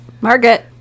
margaret